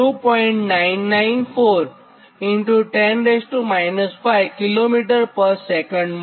99410 5 કિમી પર સેકન્ડ મળે